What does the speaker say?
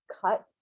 cut